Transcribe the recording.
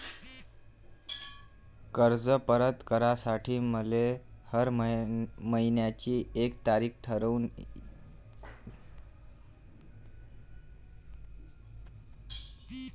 कर्ज परत करासाठी मले हर मइन्याची एक तारीख ठरुता येईन का?